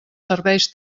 serveis